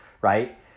right